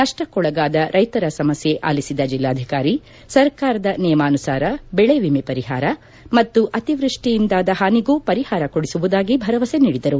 ನಷ್ಟಕ್ಕೆ ಒಳಗಾದ ರೈತರ ಸಮಸ್ಕೆ ಆಲಿಸಿದ ಜಿಲ್ಲಾಧಿಕಾರಿ ಸರ್ಕಾರದ ನಿಯಮಾನುಸಾರ ಬೆಳೆ ವಿಮೆ ಪರಿಹಾರ ಮತ್ತು ಅತಿವೃಷ್ಷಿಯಿಂದಾದ ಹಾನಿಗೂ ಪರಿಹಾರ ಕೊಡಿಸುವುದಾಗಿ ಭರವಸೆ ನೀಡಿದರು